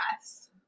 yes